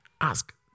Ask